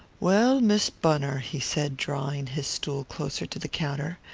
well, miss bunner, he said, drawing his stool closer to the counter,